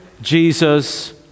Jesus